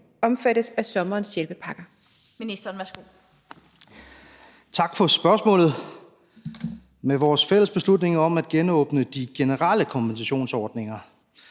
omfattes af sommerens hjælpepakker?